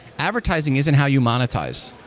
advertising isn't how you monetize.